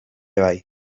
bai